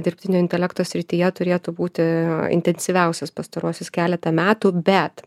dirbtinio intelekto srityje turėtų būti intensyviausias pastaruosius keletą metų bet